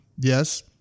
yes